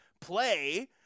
play